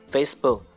Facebook 、